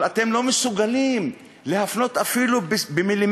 אבל אתם לא מסוגלים להפנות, אפילו במילימטר,